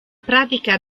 pratica